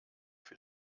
für